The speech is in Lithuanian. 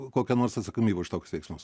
kokia nors atsakomybė už tokius veiksmus